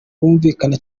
bumvikana